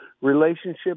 relationship